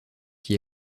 qui